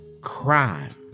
Crime